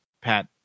Pat